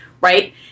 Right